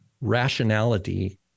rationality